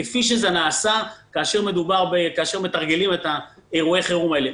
כפי שזה נעשה כאשר מתרגלים את אירועי החירום האלה.